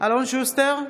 אלון שוסטר,